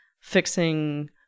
fixing